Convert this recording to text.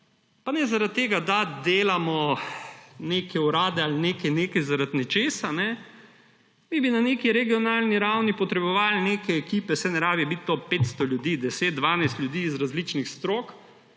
Pa ne zaradi tega, da delamo neke urade ali nekaj nekaj zaradi nečesa, mi bi na neki regionalni ravni potrebovali neke ekipe. Saj ne rabi biti to 500 ljudi, 10, 12 ljudi iz različnih strok,